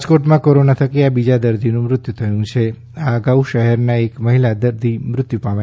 રાજકોટમાં કોરોના થકી આ બીજા દર્દીનું મૃત્યુ થયું છે આ અગાઉ શહેરના એક મહિલા દર્દી મૃત્યુ પામ્યા હતા